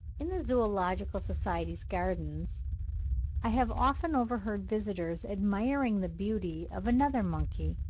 in the zoological society's gardens i have often overheard visitors admiring the beauty of another monkey,